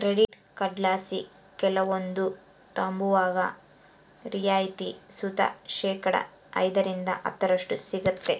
credit ಕಾರ್ಡ್ಲಾಸಿ ಕೆಲವೊಂದು ತಾಂಬುವಾಗ ರಿಯಾಯಿತಿ ಸುತ ಶೇಕಡಾ ಐದರಿಂದ ಹತ್ತರಷ್ಟು ಸಿಗ್ತತೆ